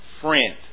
friend